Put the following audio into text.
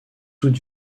toute